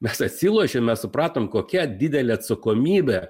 mes atsilošėm mes supratom kokia didelė atsakomybė